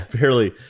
barely